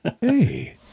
Hey